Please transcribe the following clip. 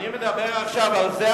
אני מדבר עכשיו על זה,